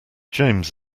james